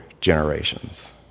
generations